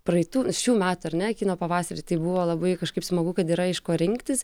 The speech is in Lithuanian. praeitų šių metų ar ne kino pavasarį tai buvo labai kažkaip smagu kad yra iš ko rinktis